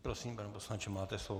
Prosím, pane poslanče, máte slovo.